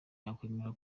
yakwemera